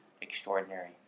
extraordinary